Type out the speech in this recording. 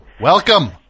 Welcome